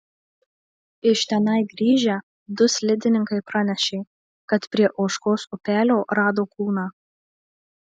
iš tenai grįžę du slidininkai pranešė kad prie ožkos upelio rado kūną